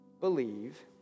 believe